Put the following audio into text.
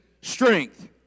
strength